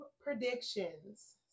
predictions